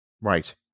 Right